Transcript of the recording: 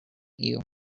you